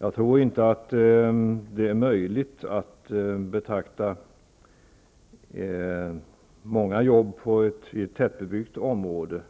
Det är inte möjligt att betrakta många jobb i ett tättbebyggt område